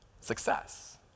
Success